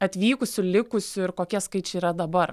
atvykusių likusių ir kokie skaičiai yra dabar